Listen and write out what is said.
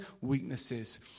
weaknesses